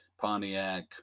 Pontiac